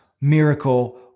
miracle